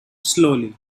slowly